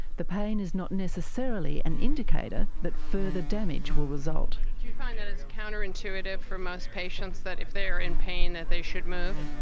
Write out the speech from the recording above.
the pain is not necessarily an indicator that further damage will result. do you find that it's counter-intuitive for most patients that if they're in pain that they should move?